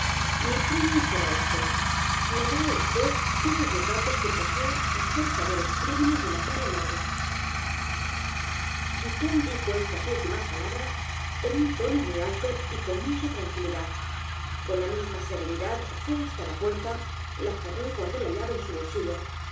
mi premio será éste me dará vd todos los datos que posea acerca de los crímenes de la calle morgue dupin dijo estas últimas palabras en un tono muy alto y con mucha tranquilidad con la misma serenidad fué hasta la puerta la cerró y guardó la llave en su bolsillo